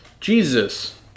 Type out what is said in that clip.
Jesus